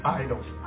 idols